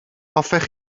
hoffech